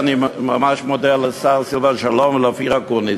אני ממש מודה לשר סילבן שלום ולאופיר אקוניס,